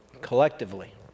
collectively